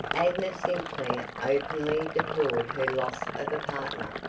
agnes sinclair openly deplored her loss of a partner,